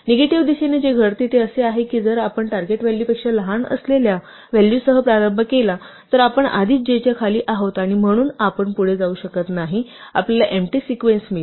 negative दिशेने जे घडते ते असे आहे की जर आपण टार्गेट व्हॅलूपेक्षा लहान असलेल्या व्हॅलूसह प्रारंभ केला तर आपण आधीच j च्या खाली आहोत आणि म्हणून आपण पुढे जाऊ शकत नाही आपल्याला एम्प्टी सिक्वेन्स मिळतो